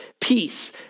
peace